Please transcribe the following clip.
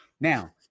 Now